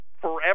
forever